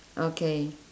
okay